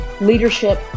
leadership